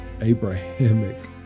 Abrahamic